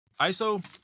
ISO